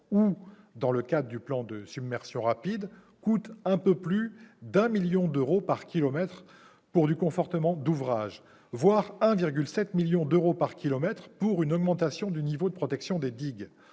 dans le cadre du plan Submersions rapides, coûtent un peu plus de 1 million d'euros par kilomètre pour ce qui concerne le confortement d'ouvrage, voire 1,7 million d'euros par kilomètre pour l'augmentation du niveau de protection des digues.